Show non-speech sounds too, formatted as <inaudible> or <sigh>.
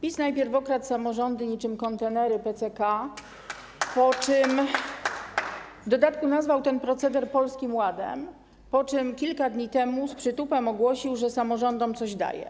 PiS najpierw okradł samorządy niczym kontenery PCK <applause> - w dodatku nazwał ten proceder Polskim Ładem - po czym kilka dni temu z przytupem ogłosił, że samorządom coś daje.